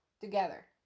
together